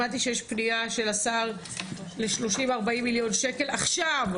הבנתי שיש פנייה של השר ל-30 40 מיליון שקל עכשיו,